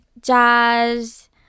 jazz